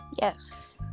yes